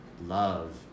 love